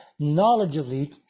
knowledgeably